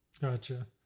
Gotcha